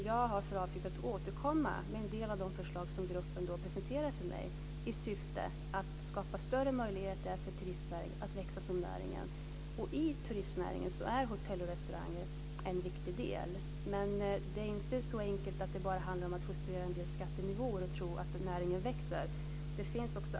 Jag har för avsikt att återkomma med en del av de förslag som gruppen presenterar för mig i syfte att skapa större möjligheter för turistnäringen att växa som näring.